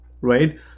right